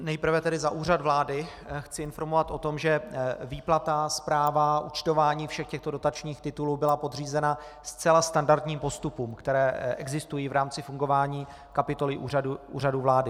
Nejprve tedy za Úřad vlády chci informovat o tom, že výplata, správa, účtování všech těchto dotačních titulů byly podřízeny zcela standardním postupům, které existují v rámci fungování kapitoly Úřadu vlády.